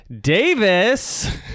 Davis